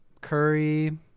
Curry